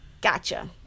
gotcha